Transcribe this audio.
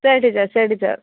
சரி டீச்சர் சரி டீச்சர்